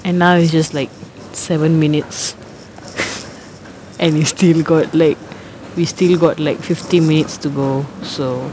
and now it's just like seven minutes and his team got like we still got like fifty minutes to go so